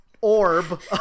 orb